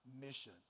mission